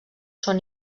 són